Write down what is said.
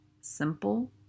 simple